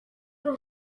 los